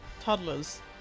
toddlers